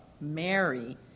Mary